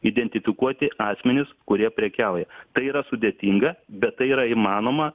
identifikuoti asmenis kurie prekiauja tai yra sudėtinga bet tai yra įmanoma